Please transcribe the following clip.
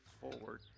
forward